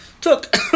took